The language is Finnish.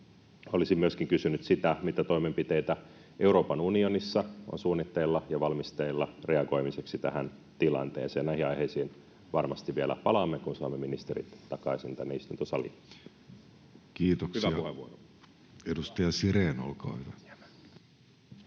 Olisin myöskin kysynyt sitä, mitä toimenpiteitä Euroopan unionissa on suunnitteilla ja valmisteilla tähän tilanteeseen reagoimiseksi. Näihin aiheisiin varmasti vielä palaamme, kun saamme ministerit takaisin tänne istuntosaliin. [Speech